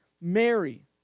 Mary